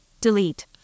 Delete